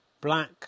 black